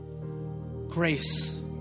grace